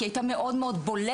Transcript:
כי היא הייתה מאוד מאוד בולטת,